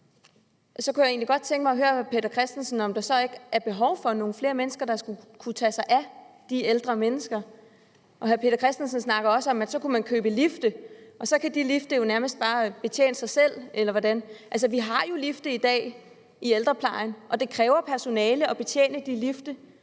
Så kunne jeg egentlig godt tænke mig at høre hr. Peter Christensen, om der så ikke er behov for nogle flere mennesker til at tage sig af de ældre mennesker. Hr. Peter Christensen snakker også om, at man så kunne købe lifte, og så kan de lifte jo nærmest bare betjene sig selv, eller hvordan? Altså, vi har jo lifte i dag i ældreplejen, og det kræver personale at betjene de lifte